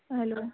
hello